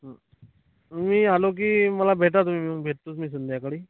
हं मी आलो की मला भेटा तुम्ही मग भेटतोच मी संध्याकाळी